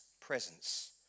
presence